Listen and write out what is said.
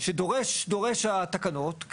שדורשות התקנות,